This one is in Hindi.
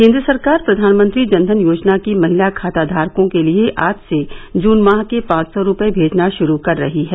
केन्द्र सरकार प्रधानमंत्री जन धन योजना की महिला खाताधारकों के लिए आज से जन माह के पांच सौ रुपए भेजना शुरू कर रही है